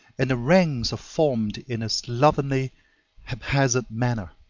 and the ranks are formed in a slovenly haphazard manner,